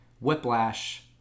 Whiplash